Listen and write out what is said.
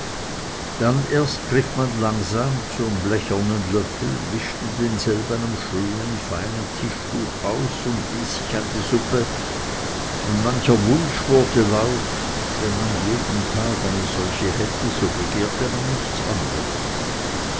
dann erst griff man langsam zum blechernen löffel wischte denselben am schönen feinen tischtuch aus und ließ sich an die suppe und mancher wunsch wurde laut wenn man alle tage eine solche hätte so begehrte man nichts anderes